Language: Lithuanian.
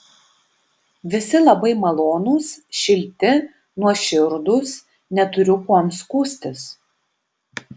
visi labai malonūs šilti nuoširdūs neturiu kuom skųstis